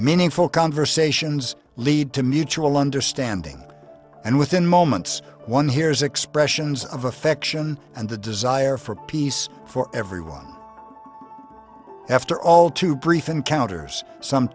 meaningful conversations lead to mutual understanding and within moments one hears expressions of affection and the desire for peace for everyone after all too brief encounters some